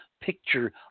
picture